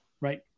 right